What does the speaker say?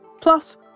Plus